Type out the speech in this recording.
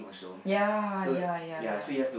ya ya ya ya